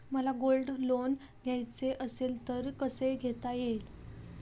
मला gold loan घ्यायचे असेल तर कसे घेता येईल?